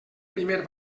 primer